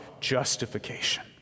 justification